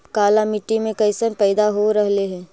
काला मिट्टी मे कैसन पैदा हो रहले है?